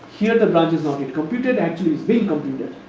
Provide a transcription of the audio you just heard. here the branch is not yet computed actually is being computed.